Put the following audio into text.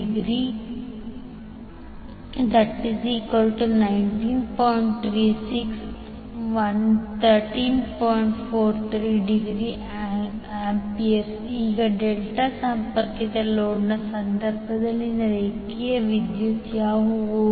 43°A ಈಗ ಡೆಲ್ಟಾ ಸಂಪರ್ಕಿತ ಲೋಡ್ನ ಸಂದರ್ಭದಲ್ಲಿ ರೇಖೆಯ ವಿದ್ಯುತ್ಗಳು ಯಾವುವು